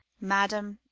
madam,